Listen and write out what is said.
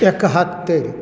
एकहत्तरि